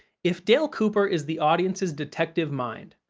if dale cooper is the audience's detective mind,